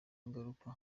ingaruka